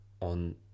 on